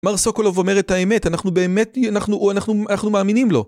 מר סוקולוב אומר את האמת, אנחנו באמת, אנחנו מאמינים לו.